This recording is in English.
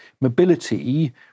mobility